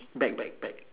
back back back